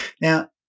Now